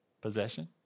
possession